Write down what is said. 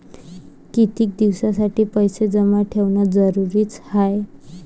कितीक दिसासाठी पैसे जमा ठेवणं जरुरीच हाय?